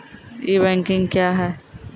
ई banking क्या हैं?